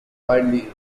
widely